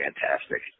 fantastic